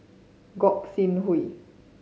Gog Sing Hooi